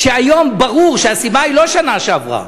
כשהיום ברור שהסיבה היא לא השנה שעברה,